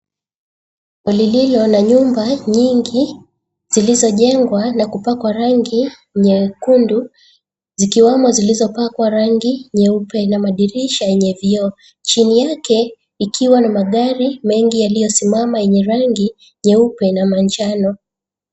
Lililo na nyumba nyingi zilizojengwa na kupakwa rangi ya nyekundu zikiwemo zilizopakwa rangi nyeupe na madirisha ya vioo, chini yake ikiwa na magari mengi yaliyosimama yenye rangi nyeupe na manjano.